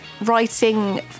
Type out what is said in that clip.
writing